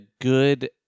good